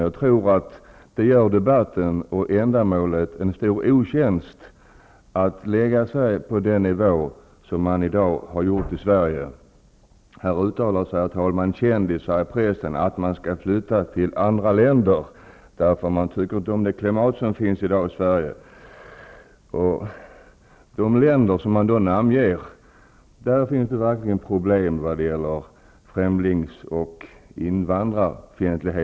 Jag tror att vi gör debatten och ändamålet med den en stor otjänst om vi lägger oss på den nivå som vi i dag har gort i Sverige. Kändisar uttalar sig i pressen om att de skall flytta till andra länder, eftersom de inte tycker om det klimat som råder i dag i Sverige. De namnger länder som verkligen har problem med främlings och invandrarfientlighet.